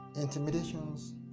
intimidations